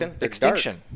extinction